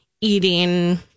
eating